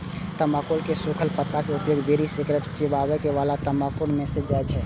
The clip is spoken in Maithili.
तंबाकू के सूखल पत्ताक उपयोग बीड़ी, सिगरेट, चिबाबै बला तंबाकू मे कैल जाइ छै